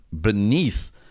beneath